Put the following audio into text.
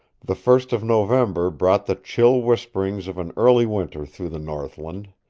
the first of november brought the chill whisperings of an early winter through the northland.